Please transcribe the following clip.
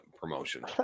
promotion